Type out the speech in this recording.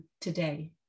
today